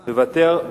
מוותר.